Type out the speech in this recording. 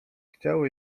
chciało